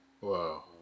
Wow